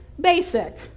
basic